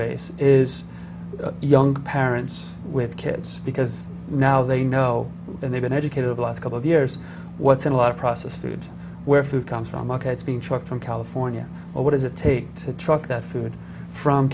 base is young parents with kids because now they know and they've been educated the last couple of years what's in a lot of processed food where food comes from markets being chucked from california or what does it take to truck that food from